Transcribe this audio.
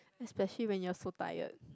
especially when you're so tired